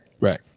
Right